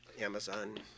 Amazon